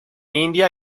india